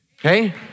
okay